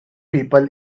people